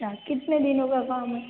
अच्छा कितने दिनों का काम है